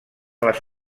les